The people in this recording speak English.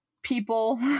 people